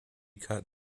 cut